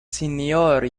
senior